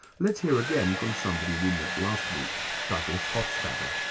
let's hear again from somebody we met last week douglas hofstadter.